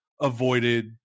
avoided